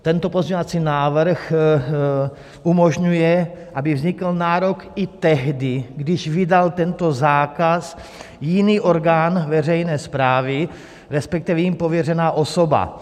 Tento pozměňovací návrh umožňuje, aby vznikl nárok i tehdy, když vydal tento zákaz jiný orgán veřejné správy, respektive jím pověřená osoba.